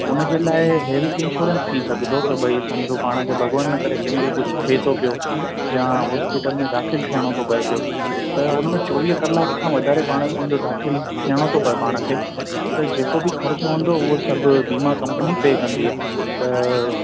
हुन जे लाइ हैल्थ इंश्योरेंस थी सघंदो की भाई सम्झो पाण खे भॻवानु न करे कंहिंमहिल कुझु थिए थो पियो जा हॉस्पिटल में दाख़िल थियणो थो पए पियो त हुन में चोवीह कलाक खां वधारे पाण सम्झो दाख़िल थियणो थो पए पाण खे त जेको बि ख़र्चु हूंदो उहो सभु बीमा कंपनी पे कंदी आहे त